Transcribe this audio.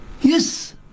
Yes